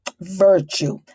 virtue